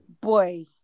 boy